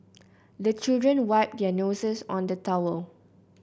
the children wipe their noses on the towel